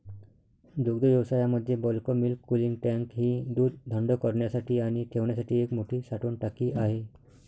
दुग्धव्यवसायामध्ये bulk milk cooling tank ही दूध थंड करण्यासाठी आणि ठेवण्यासाठी एक मोठी साठवण टाकी आहे